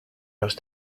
los